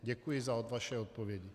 Děkuji za vaše odpovědi.